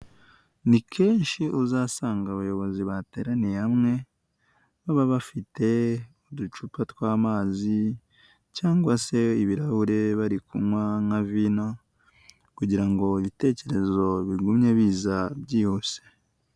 Ni kenshi uzasanga abayobozi bateraniye hamwe baba bafite uducupa tw'amazi cyangwa se ibirahure bari kunywa nka vino kugira ibitekerezo bigumye biza byihuse.